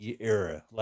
era